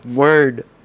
Word